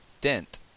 dent